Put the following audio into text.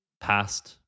past